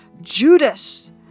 Judas